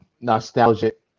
nostalgic